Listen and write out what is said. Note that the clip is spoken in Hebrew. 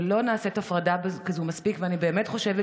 ולא נעשית הפרדה כזו מספיק אני באמת חושבת